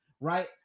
Right